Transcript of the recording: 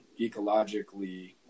ecologically